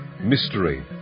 Mystery